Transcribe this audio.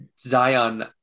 Zion